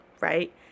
right